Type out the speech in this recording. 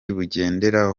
bugendera